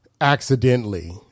accidentally